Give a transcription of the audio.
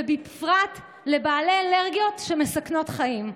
ובפרט לבעלי אלרגיות שמסכנות חיים.